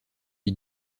lui